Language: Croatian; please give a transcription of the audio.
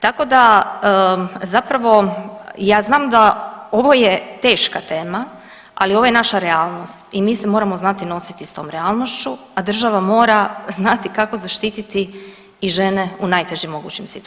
Tako da zapravo ja znam da ovo je teška tema, ali ovo je naša realnost i mi se moramo znati nositi s tom realnošću, a država mora znati kako zaštiti i žene u najtežim mogućim situacijama.